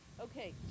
Okay